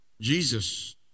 Jesus